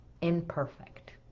imperfect